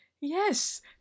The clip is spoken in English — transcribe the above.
Yes